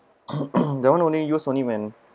that [one] only used only when